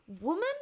Woman